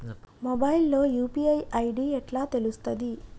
Mobile లో UPI ID ఎట్లా తెలుస్తది?